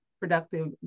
productive